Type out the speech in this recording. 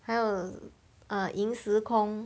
还有 ah 营时空